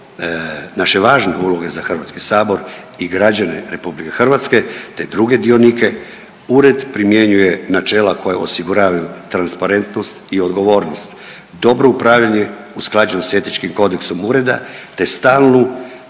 naše važne uloge za Hrvatski sabor i građane RH te druge dionike ured primjenjuje načela koja osiguravaju transparentnost i odgovornost, dobro upravljanje usklađeno s etičkim kodeksom ureda te stalnu